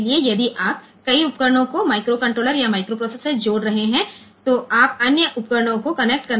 इसलिए यदि आप कई उपकरणों को माइक्रोकंट्रोलर या माइक्रोप्रोसेसर से जोड़ रहे हैं तो आप अन्य उपकरणों को कनेक्ट करना चाहते हैं